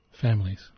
families